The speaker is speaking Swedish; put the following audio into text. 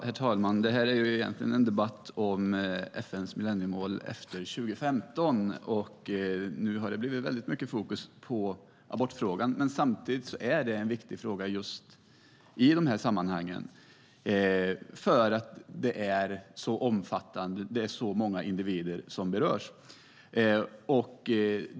Herr talman! Det här är egentligen en debatt om FN:s millenniemål efter 2015, men nu har det blivit väldigt mycket fokus på abortfrågan. Det är dock en viktig fråga i de här sammanhangen, för det är så många individer som berörs.